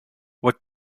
what